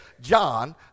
John